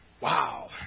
wow